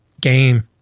game